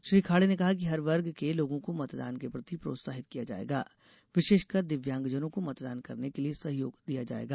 श्री खाडे ने कहा कि हर वर्ग के लोगों को मतदान के प्रति प्रोत्साहित किया जायेगा विशेषकर दिव्यागजनों को मतदान करने के लिये सहयोग दिया जायेगा